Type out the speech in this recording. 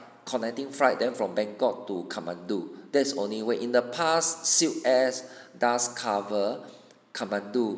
connecting flight then from bangkok to kathmandu that's only way in the past silk air does cover kathmandu